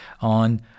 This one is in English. on